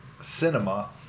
cinema